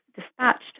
dispatched